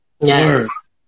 Yes